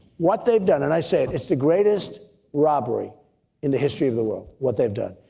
what they've done and i say it's the greatest robbery in the history of the word, what they've done.